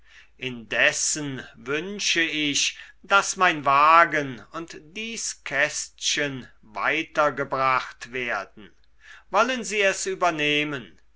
indessen wünsche ich daß mein wagen und dies kästchen weitergebracht werden wollen sie es übernehmen